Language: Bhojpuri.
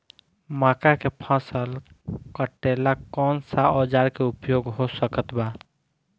मक्का के फसल कटेला कौन सा औजार के उपयोग हो सकत बा?